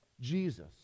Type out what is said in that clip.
Jesus